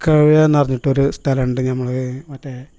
ക്കൽ ന്ന് പറഞ്ഞിട്ടൊരു സ്ഥലമുണ്ട് നമ്മൾ മറ്റേ